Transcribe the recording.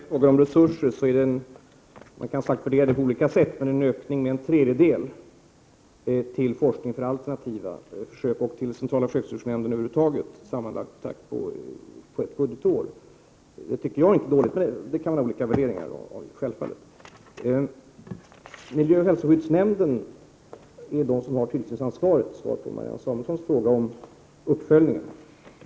Herr talman! När det gäller frågan om resurser kan man värdera detta på olika sätt. En ökning med en tredjedel till forskning genom alternativa försök och till centrala försöksdjursnämnden sammanlagt på ett budgetår tycker jag inte är dåligt. Men det kan man självfallet ha olika värderingar om. Som svar på Marianne Samuelssons fråga om uppföljningen vill jag säga att det är miljöoch hälsoskyddsnämnden som har tillsynsansvaret.